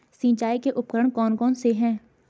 सिंचाई के उपकरण कौन कौन से हैं?